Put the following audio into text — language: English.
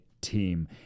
team